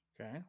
Okay